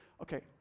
okay